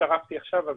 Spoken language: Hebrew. הצטרפתי עכשיו.